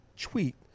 tweet